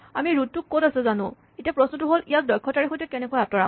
আমি ৰোট টো ক'ত আছে জানো এতিয়া প্ৰশ্নটো হ'ল ইয়াক দক্ষতাৰে সৈতে কেনেকৈ আতঁৰাম